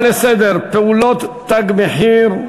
פעולות "תג מחיר",